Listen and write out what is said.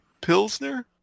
Pilsner